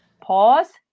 Pause